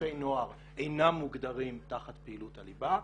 נוער אינם מוגדרים תחת פעילות הליבה,